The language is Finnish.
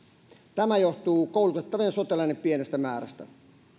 tämä johtuu koulutettavien sotilaiden pienestä määrästä